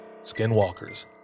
skinwalkers